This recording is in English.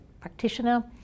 practitioner